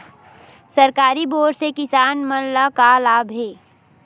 सरकारी बोर से किसान मन ला का लाभ हे?